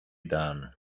done